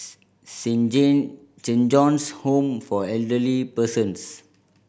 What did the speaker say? Saint John's Home for Elderly Persons